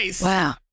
wow